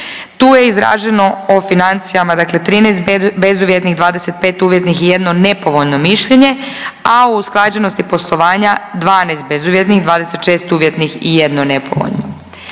Tu je izraženo o financijama, dakle 13 bezuvjetnih, 25 uvjetnih i 1 nepovoljno mišljenje, a o usklađenosti poslovanja 12 bezuvjetnih, 26 uvjetnih i 1 nepovoljno.